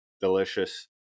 delicious